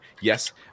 Yes